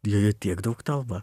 joje tiek daug telpa